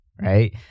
right